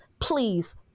please